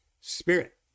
spirit